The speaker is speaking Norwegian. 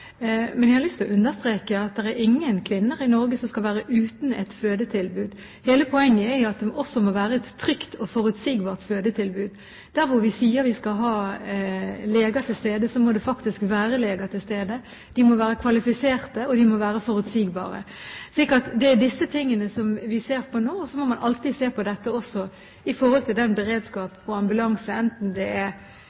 Men jeg har lyst til å understreke at det er ingen kvinner i Norge som skal være uten et fødetilbud. Hele poenget er jo at det også må være et trygt og forutsigbart fødetilbud. Der hvor vi sier vi skal ha leger til stede, må det faktisk være leger til stede. De må være kvalifiserte, og de må være forutsigbare. Det er disse tingene vi ser på nå. Og så må man alltid se på dette også i forhold til den